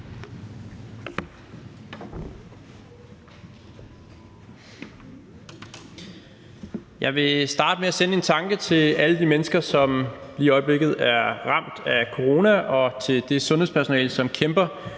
Jeg vil starte med at sende en tanke til alle de mennesker, som lige i øjeblikket er ramt af corona, og til det sundhedspersonale, som især